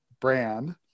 brand